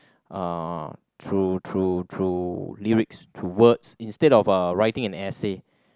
uh through through through lyrics through words instead of uh writing an essay